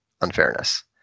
unfairness